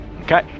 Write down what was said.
Okay